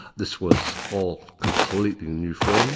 this was all completely new for them,